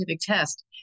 test